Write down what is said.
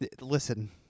Listen